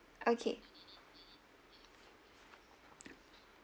okay